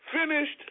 finished